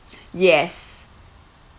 yes